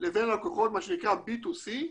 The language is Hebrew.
לבין לקוחות מה שנקרא B2C,